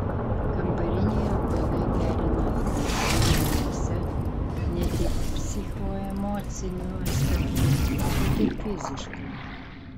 kambariniai augalai gerina atmosferą namuose ne tik psichoemociniu aspektu bet ir fiziškai